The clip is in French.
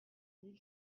mille